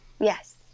yes